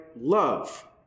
love